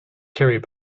carried